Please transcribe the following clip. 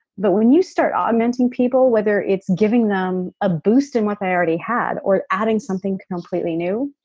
but when you start augmenting people whether it's giving them a boost in what they already had or adding something completely new,